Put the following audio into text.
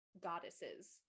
goddesses